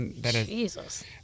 Jesus